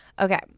Okay